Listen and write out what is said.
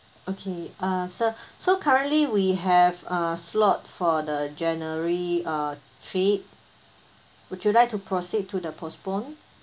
okay uh so so currently we have a slot for the january uh trip would you like to proceed to the postpone